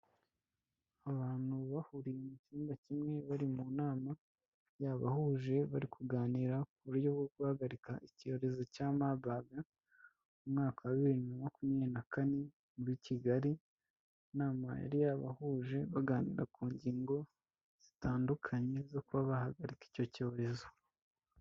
Abantu bahuriye mu cyumba kimwe bari mu nama, yabahuje bari kuganira ku buryo bwo guhagarika icyorezo cya Mabaga, mu mwaka wa bibiri na makumyabiri na kane muri Kigali, inama yari yabahuje baganira ku ngingo zitandukanye zo kuba bahagarika icyo cyorezo.